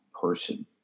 person